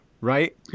right